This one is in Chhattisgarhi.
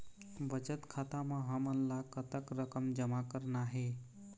बचत खाता म हमन ला कतक रकम जमा करना हे?